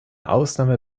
ausnahme